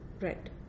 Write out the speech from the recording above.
right